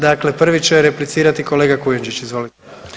Dakle, prvi će replicirati kolega Kujundžić, izvolite.